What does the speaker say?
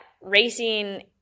racing